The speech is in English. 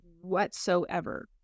whatsoever